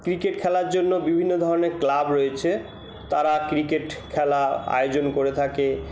cricket খেলার জন্য বিভিন্ন ধরনের ক্লাব রয়েছে তারা ক্রিকেট খেলা আয়োজন করে থাকে